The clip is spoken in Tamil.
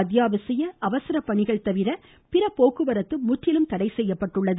அத்யாவசிய மற்றும் அவசர பணிகள் தவிர பிற போக்குவரத்து முற்றிலும் தடை செய்யப்பட்டுள்ளது